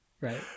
Right